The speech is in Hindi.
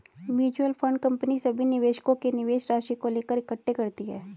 म्यूचुअल फंड कंपनी सभी निवेशकों के निवेश राशि को लेकर इकट्ठे करती है